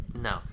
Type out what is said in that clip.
No